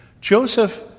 Joseph